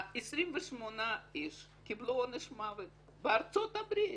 28 איש קיבלו עונש מוות בארצות-הברית.